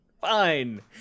Fine